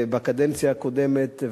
ובקדנציה הקודמת,